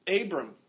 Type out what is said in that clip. Abram